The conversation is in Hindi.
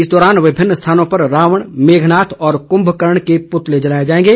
इस दौरान विभिन्न स्थानों पर रावण मेघनाथ व कुभकरण के पूतलें जलाऐं जाएंगे